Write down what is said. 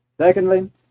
Secondly